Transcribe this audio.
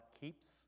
keeps